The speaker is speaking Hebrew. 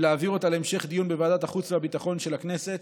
ולהעביר אותה להמשך דיון בוועדת החוץ והביטחון של הכנסת